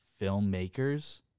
filmmakers